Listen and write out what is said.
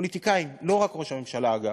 פוליטיקאים, לא רק ראש הממשלה, אגב,